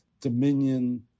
Dominion